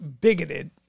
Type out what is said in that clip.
bigoted